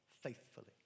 faithfully